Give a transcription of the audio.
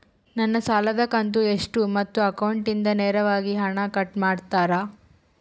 ನನ್ನ ಸಾಲದ ಕಂತು ಎಷ್ಟು ಮತ್ತು ಅಕೌಂಟಿಂದ ನೇರವಾಗಿ ಹಣ ಕಟ್ ಮಾಡ್ತಿರಾ?